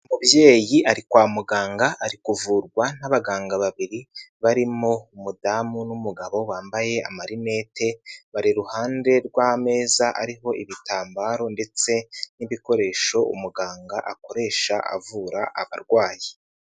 Umubyeyi ari kwa muganga ari kuvurwa n'abaganga babiri barimo umudamu n'umugabo wambaye amarinete bari iruhande rw'ameza ariho ibitambaro ndetse n'ibikoresho umuganga akoresha avura abarwayi.